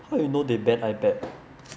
how you know they ban iPad